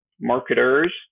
marketers